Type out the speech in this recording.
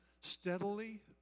steadily